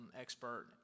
expert